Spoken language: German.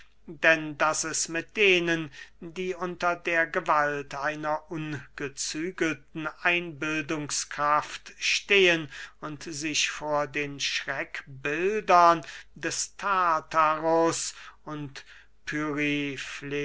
denn daß es mit denen die unter der gewalt einer ungezügelten einbildungskraft stehen und sich vor den schreckbildern des tartarus und